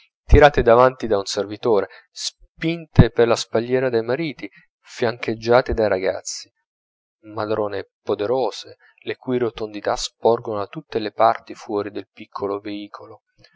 tirate davanti da un servitore spinte per la spalliera dai mariti fiancheggiate dai ragazzi matrone poderose le cui rotondità sporgono da tutte le parti fuori del piccolo veicolo